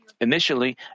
Initially